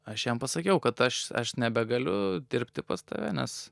aš jam pasakiau kad aš aš nebegaliu dirbti pas tave nes